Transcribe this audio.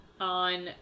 on